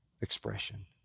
expression